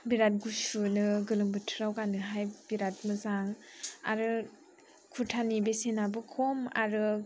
बिराद गुसुनो गोलोमबोथोराव गाननोहाय बिराद मोजां आरो खुरथानि बेसेनाबो खम आरो